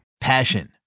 Passion